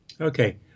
Okay